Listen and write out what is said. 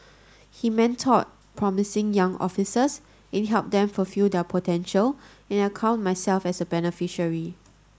he mentored promising young officers and helped them fulfil their potential and I count myself a beneficiary